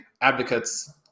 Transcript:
advocates